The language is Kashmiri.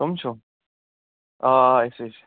کٕم چھُو آ أسی چھِ